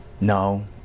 No